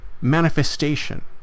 manifestation